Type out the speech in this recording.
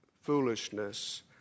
foolishness